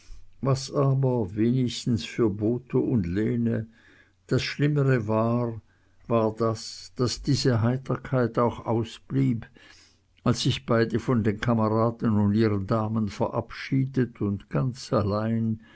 was aber wenigstens für botho und lene das schlimmere war war das daß diese heiterkeit auch ausblieb als sich beide von den kameraden und ihren damen verabschiedet und ganz allein